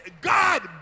God